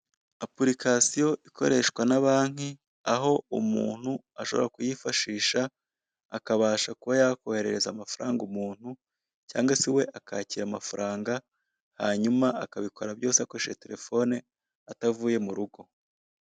Apulikasiyi ikoreshwa na banki aho umuntu ashobora kuyifashisha akabasha kuba yakoherereza amafaranga umutu cyangwa se we akakira amafaranga hanyuma akabikora byose akoresheje terefone atavuye mu rugo.